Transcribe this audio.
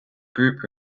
group